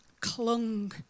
clung